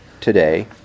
today